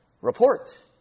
Report